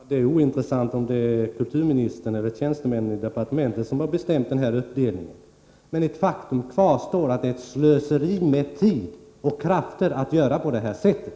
Herr talman! Det är ointressant om det är kulturministern eller tjänstemännen på departementet som har föreslagit den här uppdelningen. Faktum kvarstår: Det är slöseri med tid och krafter att göra på det här sättet.